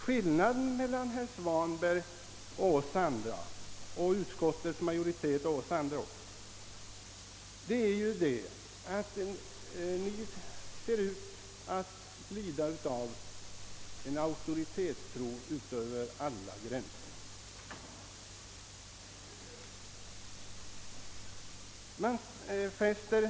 Skillnaden mellan å ena sidan herr Svanberg och utskottsmajoriteten och å andra sidan oss övriga är att de förra ser ut att lida av en auktoritetstro över alla gränser.